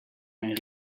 mijn